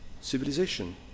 civilization